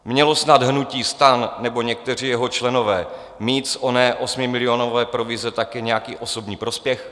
Mělo snad hnutí STAN nebo někteří jeho členové mít z oné osmimilionové provize také nějaký osobní prospěch?